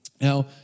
Now